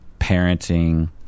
parenting